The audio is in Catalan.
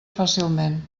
fàcilment